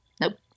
Nope